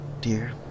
dear